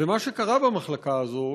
ומה שקרה במחלקה הזו,